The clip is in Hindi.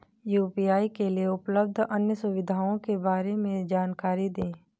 यू.पी.आई के लिए उपलब्ध अन्य सुविधाओं के बारे में जानकारी दें?